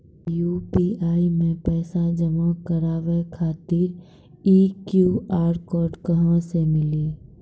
UPI मे पैसा जमा कारवावे खातिर ई क्यू.आर कोड कहां से मिली?